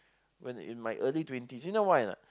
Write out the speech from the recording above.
when in my early twenties you know why or not